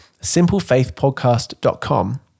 simplefaithpodcast.com